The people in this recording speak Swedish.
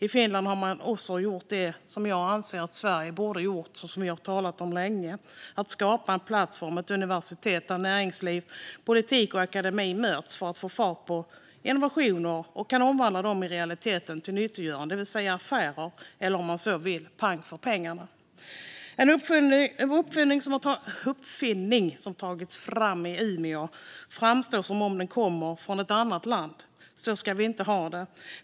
I Finland har man också gjort det som jag anser att Sverige borde ha gjort och som vi har talat om länge, nämligen skapat en plattform - ett universitet - där näringsliv, politik och akademi möts för att få fart på innovationer och omvandla dem till nyttiggörande i realiteten, det vill säga affärer, eller, om man så vill, pang för pengarna. En uppfinning som tagits fram i Umeå framstår som om den kommer från ett annat land. Så ska vi inte ha det.